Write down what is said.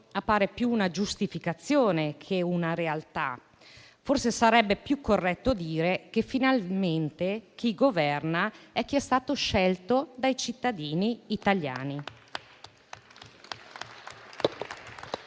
appare più una giustificazione che una realtà. Forse sarebbe più corretto dire che, finalmente, governa chi è stato scelto dai cittadini italiani.